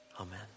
Amen